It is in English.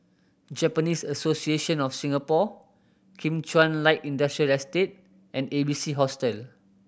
Japanese Association of Singapore Kim Chuan Light Industrial Estate and A B C Hostel